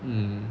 mm